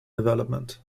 development